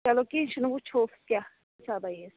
چَلو کیٚنٛہہ چھُنہٕ وٕچھُو کیاہ حِسابہ یِیَس